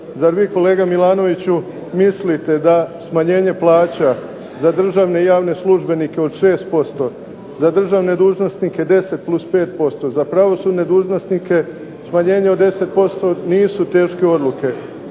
Zar vi kolega Milanoviću mislite da smanjenje plaća za državne i javne službenike od 6%, za državne dužnosnike 10 plus 5%, za pravosudne dužnosnike smanjenje od 10% nisu teške odluke.